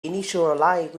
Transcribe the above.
initialized